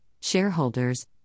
shareholders